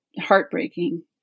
heartbreaking